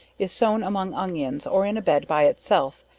is sown among onions, or in a bed by itself,